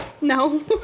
No